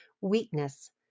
weakness